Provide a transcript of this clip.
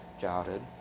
childhood